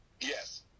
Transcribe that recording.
yes